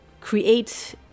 create